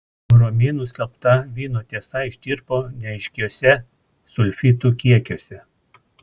o romėnų skelbta vyno tiesa ištirpo neaiškiuose sulfitų kiekiuose